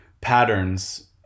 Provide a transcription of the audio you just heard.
patterns